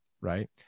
Right